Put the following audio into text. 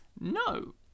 No